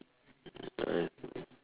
ah I see